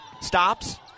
stops